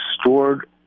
stored